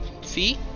See